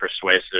persuasive